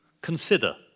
Consider